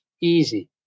easy